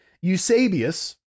Eusebius